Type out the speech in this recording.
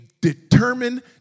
determined